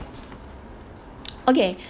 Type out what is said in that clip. okay